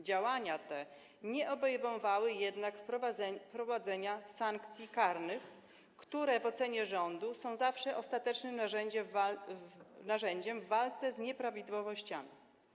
Działania te nie obejmowały jednak wprowadzenia sankcji karnych, które w ocenie rządu są zawsze ostatecznym narzędziem w walce z nieprawidłowościami.